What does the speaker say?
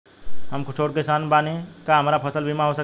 हम छोट किसान बानी का हमरा फसल बीमा हो सकेला?